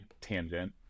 tangent